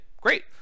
great